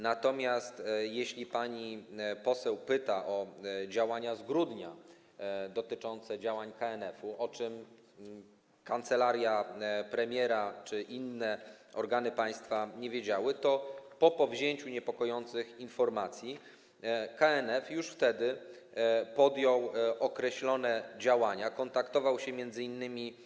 Natomiast jeśli pani poseł pyta o działania z grudnia dotyczące działań KNF-u, o czym kancelaria premiera czy inne organy państwa nie wiedziały, to po powzięciu niepokojących informacji KNF już wtedy podjął określone działania, kontaktował się między innymi.